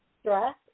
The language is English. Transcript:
stress